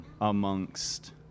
amongst